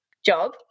job